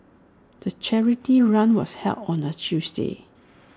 the charity run was held on A Tuesday